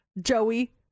Joey